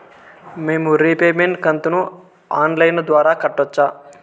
మేము రీపేమెంట్ కంతును online ద్వారా కట్టొచ్చా